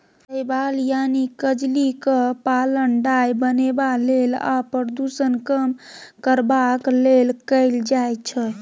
शैबाल यानी कजलीक पालन डाय बनेबा लेल आ प्रदुषण कम करबाक लेल कएल जाइ छै